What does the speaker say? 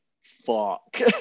fuck